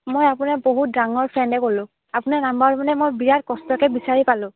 মই আপোনাৰ বহুত ডাঙৰ ফ্ৰেণ্ডে ক'লোঁ আপোনাৰ নাম্বাৰ মানে মই বিৰাট কষ্টকৈ বিচাৰি পালোঁ